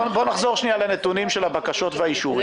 בואו נחזור לנתונים של הבקשות והאישורים: